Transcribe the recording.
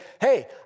hey